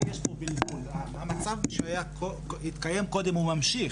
המצב שהתקיים קודם ממשיך.